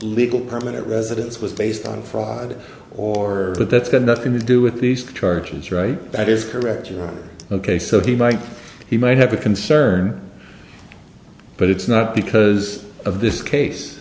legal permanent residence was based on fraud or but that's got nothing to do with these charges right that is correct ok so he might he might have a concern but it's not because of this case